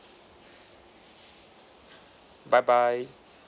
bye bye